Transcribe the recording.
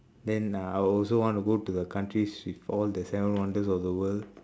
then uh I will also want to go to countries with all the seven wonders of the world